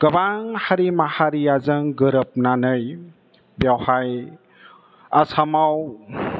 गोबां हारि माहारिजों गोरोबनानै बेवहाय आसामाव